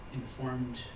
informed